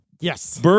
Yes